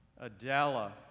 Adela